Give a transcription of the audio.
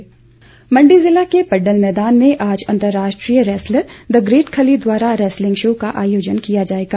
wrestling Mandi जिले के पड्डल मैदान में आज अंतरराष्ट्रीय रेसलर द ग्रेट खली द्वारा रेसलिंग शो का आयोजन किया जाएगा